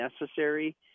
necessary